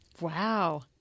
Wow